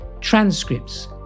transcripts